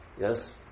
Yes